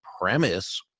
premise